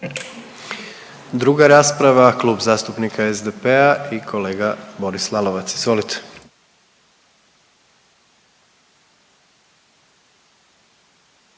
Druga rasprava, Klub zastupnika SDP-a i kolega Boris Lalovac. Izvolite.